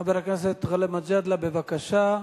חבר הכנסת גאלב מג'אדלה, בבקשה,